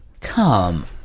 come